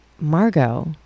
Margot